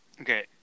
Okay